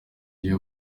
iyo